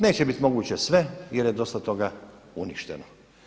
Neće biti moguće sve jer je dosta toga uništeno.